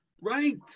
right